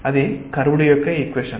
అది కర్వ్డ్ యొక్క ఈక్వేషన్